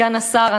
סגן השר,